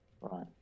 Right